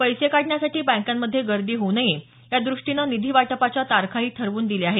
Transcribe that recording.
पैसे काढण्यासाठी बँकांमधे गर्दी होऊ नये या दृष्टीनं निधी वाटपाच्या तारखाही ठरवून दिल्या आहेत